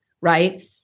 right